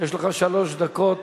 יש לך שלוש דקות.